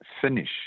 finish